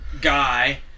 guy